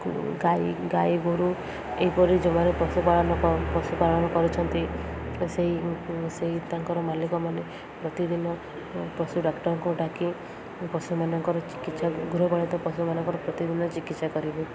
ଗାଈ ଗାଈ ଗୋରୁ ଏହିପରି ଯେଉଁ ମାନେ ପଶୁପାଳନ ପଶୁପାଳନ କରୁଛନ୍ତି ସେଇ ସେଇ ତାଙ୍କର ମାଲିକ ମାନେ ପ୍ରତିଦିନ ପଶୁ ଡାକ୍ତରଙ୍କୁ ଡାକି ପଶୁମାନଙ୍କର ଚିକିତ୍ସା ଗୃହପାଳିତ ପଶୁମାନଙ୍କର ପ୍ରତିଦିନ ଚିକିତ୍ସା କରିବେ